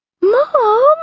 Mom